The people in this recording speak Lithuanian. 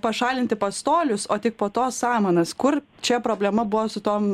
pašalinti pastolius o tik po to samanas kur čia problema buvo su tom